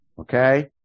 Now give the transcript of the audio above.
Okay